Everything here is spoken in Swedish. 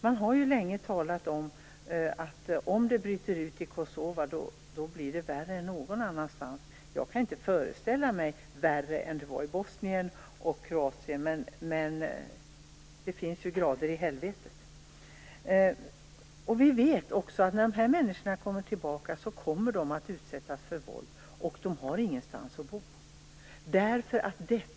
Man har ju länge talat om att om det bryter ut i Kosova, då blir det värre än någon annanstans. Jag kan inte föreställa mig en värre situation än det var i Bosnien och Kroatien, men det finns ju grader i helvetet. Vi vet att när dessa människor kommer tillbaka kommer de att utsättas för våld, och de har ingenstans att bo.